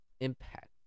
impact